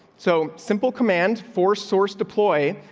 so simple command four source deploy.